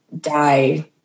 die